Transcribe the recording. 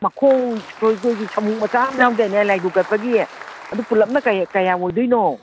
ꯃꯈꯣꯡ ꯀꯣꯏꯔꯞ ꯀꯣꯏꯕꯤ ꯁꯥꯃꯨꯛ ꯃꯆꯥ ꯑꯃ ꯌꯥꯎꯗꯥꯏꯅꯦ ꯂꯥꯏꯗꯨꯛ ꯀꯠꯄꯒꯤ ꯑꯗꯨ ꯄꯨꯂꯞꯅ ꯀꯌꯥ ꯑꯣꯏꯗꯣꯏꯅꯣ